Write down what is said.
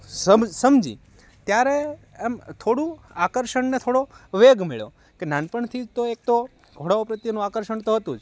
સમજી ત્યારે એમ થોડું આકર્ષણને થોડો વેગ મળ્યો કે નાનપણથી તો એક તો ઘોડાઓ પ્રત્યેનું આકર્ષણ તો હતું જ